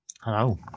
Hello